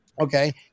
okay